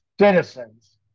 citizens